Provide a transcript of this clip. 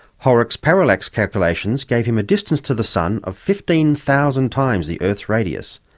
horrocks' parallax calculations gave him a distance to the sun of fifteen thousand times the earth's radius,